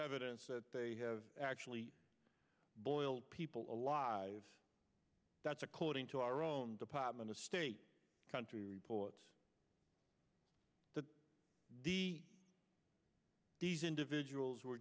evidence that they have actually boiled people a lot of that's according to our own department of state country reports that these individuals were